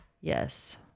Yes